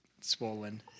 swollen